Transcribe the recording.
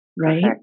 Right